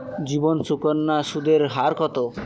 জীবন সুকন্যা সুদের হার কত?